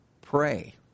pray